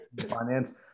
finance